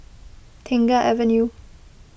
Tengah Avenue